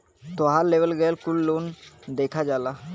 तोहार लेवल गएल कुल लोन देखा जाला